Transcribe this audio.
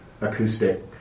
acoustic